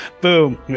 Boom